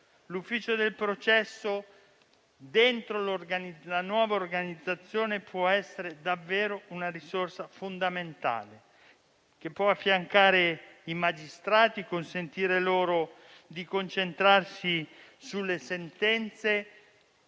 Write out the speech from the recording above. L'ufficio del processo, nell'ambito della nuova organizzazione, può essere davvero una risorsa fondamentale che può affiancare i magistrati e consentire loro di concentrarsi sulle sentenze,